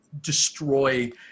destroy